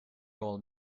all